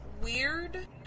weird